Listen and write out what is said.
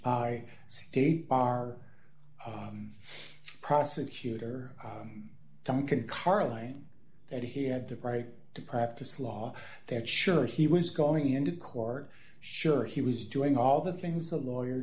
by state bar prosecutor duncan carline that he had the right to practice law there sure he was going into court sure he was doing all the things a lawyer